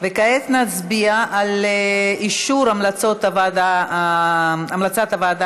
וכעת נצביע על אישור המלצת הוועדה המשותפת